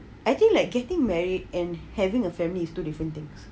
I think like getting married and having a family is two different things